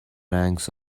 ranks